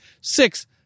six